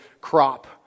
crop